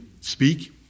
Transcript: speak